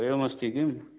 एवम् अस्ति किम्